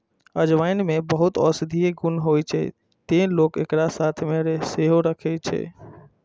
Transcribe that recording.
अजवाइन मे बहुत औषधीय गुण होइ छै, तें लोक एकरा साथ मे सेहो राखै छै